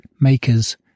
makers